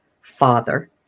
father